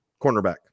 cornerback